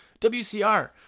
WCR